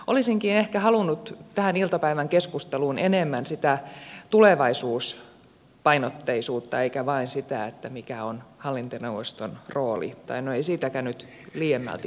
olisinkin ehkä halunnut tähän iltapäivän keskusteluun enemmän sitä tulevaisuuspainotteisuutta eikä vain sitä mikä on hallintoneuvoston rooli no ei siitäkään nyt liiemmälti keskustelua ole ollut